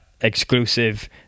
exclusive